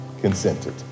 consented